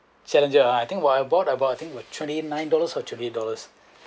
Challenger I think I bought about I think was twenty nine dollars or twenty dollars